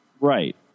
Right